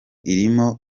irimo